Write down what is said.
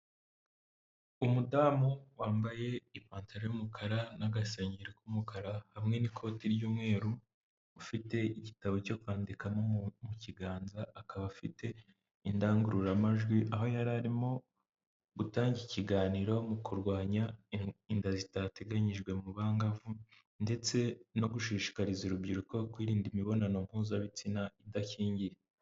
Umudamu wambaye ipataro y'umukara n'agasengeri k'umukara hamwe n'ikoti ry'umweru, ufite igitabo cyo kwandikamo mu kiganza, akaba afite indangururamajwi, aho yarimo gutanga ikiganiro mu kurwanya inda zitateganyijwe mu bangavu, ndetse no gushishikariza urubyiruko kwirinda imibonano mpuzabitsina idakingiye.